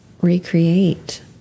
recreate